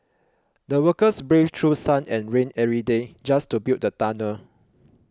the workers braved through sun and rain every day just to build the tunnel